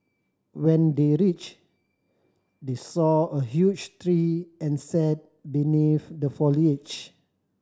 when they reached they saw a huge tree and sat beneath the foliage